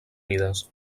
mides